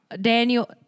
Daniel